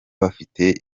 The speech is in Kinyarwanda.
bafite